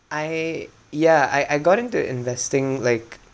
I yeah I I got into investing like